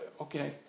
okay